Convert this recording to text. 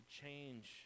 change